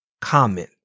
comment